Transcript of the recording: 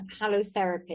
halotherapy